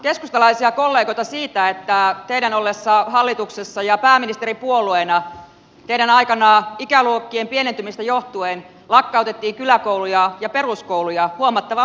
muistutan keskustalaisia kollegoja siitä että teidän ollessa hallituksessa ja pääministeripuolueena ikäluokkien pienentymisestä johtuen lakkautettiin kyläkouluja ja peruskouluja huomattava määrä